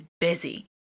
busy